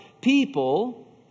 people